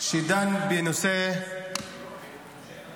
שדן בנושא ההריסות